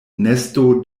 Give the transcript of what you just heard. nesto